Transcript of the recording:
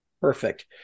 Perfect